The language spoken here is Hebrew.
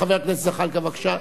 חבר הכנסת זחאלקה, בבקשה.